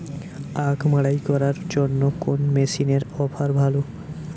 আখ মাড়াই করার জন্য কোন মেশিনের অফার ভালো?